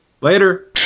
Later